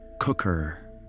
Cooker